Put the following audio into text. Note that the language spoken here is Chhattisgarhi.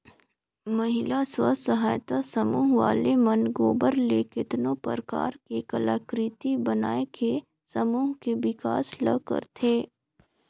महिला स्व सहायता समूह वाले मन गोबर ले केतनो परकार के कलाकृति बनायके समूह के बिकास ल करथे